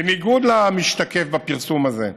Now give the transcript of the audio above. בניגוד למשתקף בפרסום הזה,